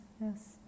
Yes